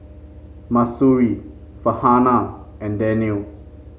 Mahsuri Farhanah and Daniel